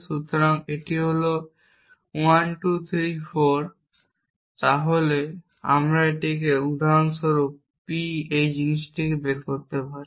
সুতরাং এটি হল 1 2 3 4 তাহলে আমরা এটিকে উদাহরন স্বরূপ P এই জিনিস থেকে বের করি